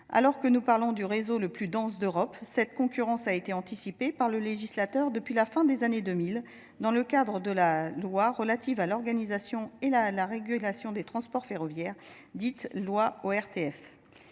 Alors que nous parlons du réseau le plus dense d’Europe, cette concurrence a été anticipée par le législateur depuis la fin des années 2000, dans le cadre de la loi relative à l’organisation et à la régulation des transports ferroviaires, dite loi ORTF.